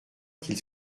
qu’il